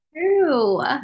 True